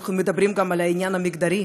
ואם מדברים גם על העניין המגדרי,